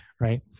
Right